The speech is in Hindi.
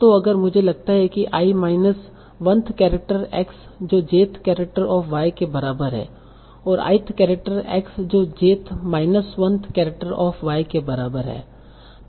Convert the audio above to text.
तो अगर मुझे लगता है कि i minus oneth character x जो jth केरेक्टर ऑफ़ y के बराबर है और ith केरेक्टर x जो j minus oneth character of y के बराबर है